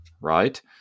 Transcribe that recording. right